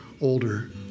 older